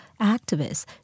activists